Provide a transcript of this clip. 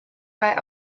bei